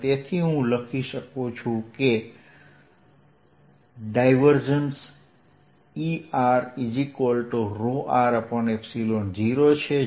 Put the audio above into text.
અને તેથી હું લખી શકું કે ∇E ৎ0 છે